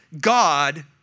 God